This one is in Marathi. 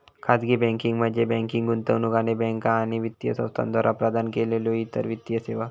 खाजगी बँकिंग म्हणजे बँकिंग, गुंतवणूक आणि बँका आणि वित्तीय संस्थांद्वारा प्रदान केलेल्यो इतर वित्तीय सेवा